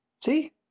see